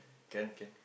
can can